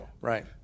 Right